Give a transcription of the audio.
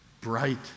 bright